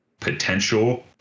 potential